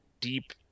deep